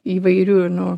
įvairiu nu